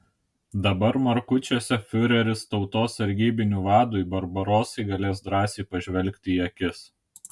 dabar markučiuose fiureris tautos sargybinių vadui barbarosai galės drąsiai pažvelgti į akis